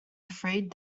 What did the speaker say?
afraid